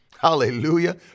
hallelujah